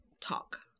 talk